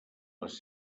les